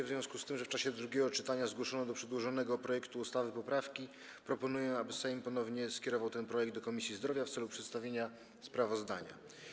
W związku z tym, że w czasie drugiego czytania zgłoszono do przedłożonego projektu ustawy poprawki, proponuję, aby Sejm ponownie skierował ten projekt do Komisji Zdrowia w celu przedstawienia sprawozdania.